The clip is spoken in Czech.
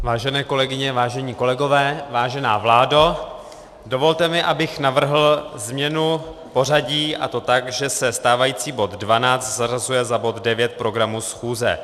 Vážené kolegyně, vážení kolegové, vážená vládo, dovolte mi, abych navrhl změnu pořadí, a to tak, že se stávající bod 12 zařazuje za bod 9 programu schůze.